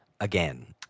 Again